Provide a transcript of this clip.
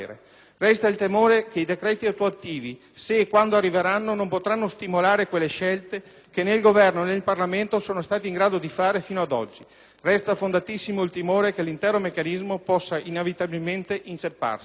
Resta il timore che i decreti attuativi, se e quando arriveranno, non potranno stimolare quelle scelte che né il Governo, né il Parlamento sono stati in grado di fare fino ad oggi. Resta, fondatissimo, il timore che l'intero meccanismo possa inevitabilmente incepparsi.